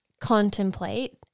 contemplate